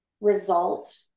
result